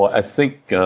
i think